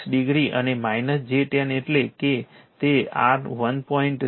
96 degree અને j 10 એટલે તે R1